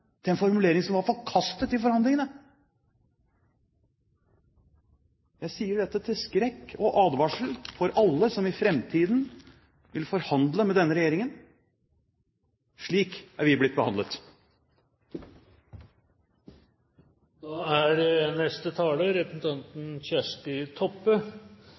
til en formulering som var forkastet i forhandlingene. Jeg sier dette til skrekk og advarsel for alle som i framtiden vil forhandle med denne regjeringen. Slik er vi blitt behandlet! Da er neste taler representanten Kjersti Toppe,